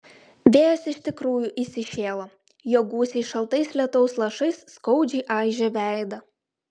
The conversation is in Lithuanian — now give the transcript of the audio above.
vėjas iš tikrųjų įsišėlo jo gūsiai šaltais lietaus lašais skaudžiai aižė veidą